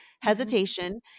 hesitation